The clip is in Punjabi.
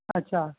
ਅੱਛਾ